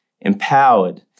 empowered